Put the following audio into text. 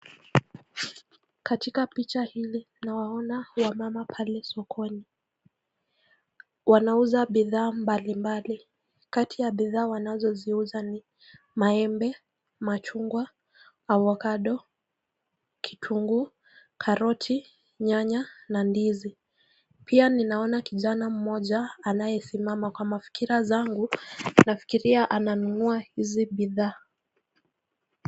Katika picha hili nawaona wamama pale sokoni wanauza bidhaa mbali mbali kati ya bidhaa wanazoziuza ni maembe, machungwa, (avocado), kitunguu, karoti, nyanya na ndizi, pia ninaona kijana mmoja anaesimama. Kwa mafikira zangu, nafikiria ananunua hizi bidhaa.